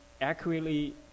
accurately